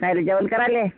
कायले जेवण करायले